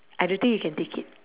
I don't think you can take it